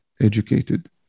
educated